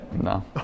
No